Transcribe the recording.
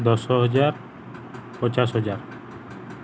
ଦଶ ହଜାର ପଚାଶ ହଜାର